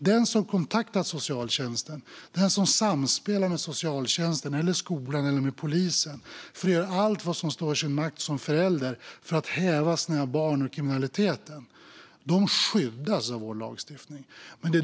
De som kontaktar socialtjänsten, de som samspelar med socialtjänsten eller skolan eller polisen för att göra allt i sin makt som förälder för att häva sina barns kriminalitet, de skyddas av vår lagstiftning.